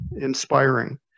inspiring